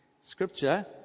scripture